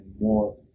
more